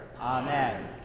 Amen